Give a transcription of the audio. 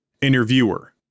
Interviewer